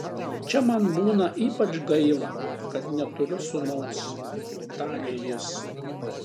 čia man būna ypač gaila kad neturiu sūnaus tarė jis